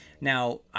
now